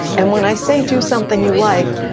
and when i say do something you like,